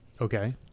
Okay